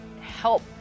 help